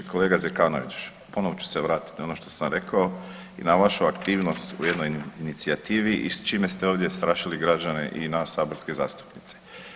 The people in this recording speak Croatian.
Kolega Zekanović ponovno ću se vratiti na ono što sam rekao i na vašu aktivnost u jednoj inicijativi i s čime ste ovdje strašili građane i nas saborske zastupnike.